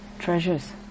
treasures